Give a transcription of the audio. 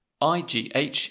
IGH